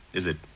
is it?